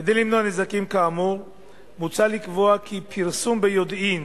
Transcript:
כדי למנוע נזקים כאמור מוצע לקבוע כי פרסום ביודעין